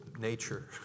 nature